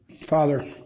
Father